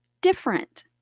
different